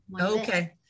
Okay